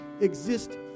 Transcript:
exist